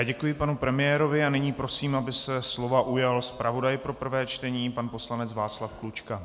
Děkuji panu premiérovi a nyní prosím, aby se ujal slova zpravodaj pro prvé čtení pan poslanec Václav Klučka.